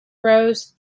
rows